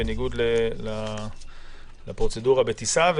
בניגוד לפרוצדורה בטיסה,